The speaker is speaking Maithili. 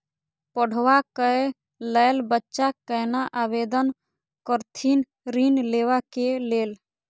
पढ़वा कै लैल बच्चा कैना आवेदन करथिन ऋण लेवा के लेल?